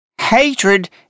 Hatred